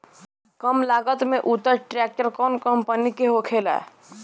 कम लागत में उत्तम ट्रैक्टर कउन कम्पनी के होखेला?